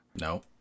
No